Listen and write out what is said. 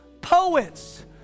poets